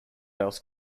else